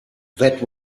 that